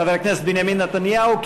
חבר הכנסת בנימין נתניהו,